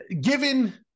given